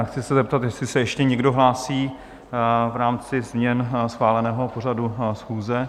Chci se zeptat, jestli se ještě někdo hlásí v rámci změn schváleného pořadu schůze?